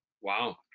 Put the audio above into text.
wow